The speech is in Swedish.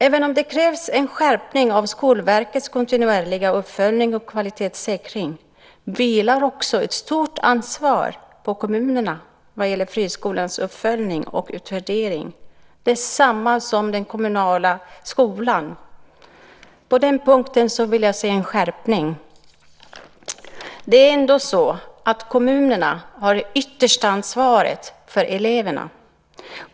Även om det krävs en skärpning av Skolverkets kontinuerliga uppföljning och kvalitetssäkring vilar också ett stort ansvar på kommunerna för uppföljning och utvärdering av friskolorna på samma sätt som gäller för den kommunala skolan. På den punkten vill jag se en skärpning. Det är ändå så att kommunerna har det yttersta ansvaret för eleverna.